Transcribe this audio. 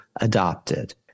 adopted